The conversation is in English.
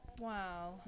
Wow